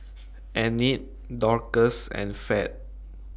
Enid Dorcas and Fed